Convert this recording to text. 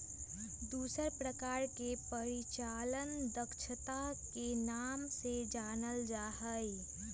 दूसर प्रकार के परिचालन दक्षता के नाम से जानल जा हई